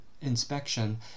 inspection